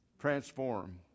Transform